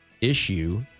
issue